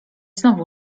znowu